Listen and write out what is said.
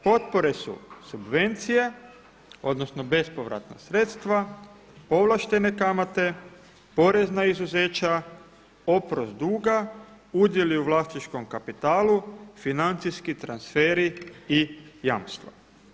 Potpore su subvencija, odnosno bespovratna sredstva, povlaštene kamate, porezna izuzeća, oprost duga, udjeli u vlasničkom kapitalu, financijski transferi i jamstva.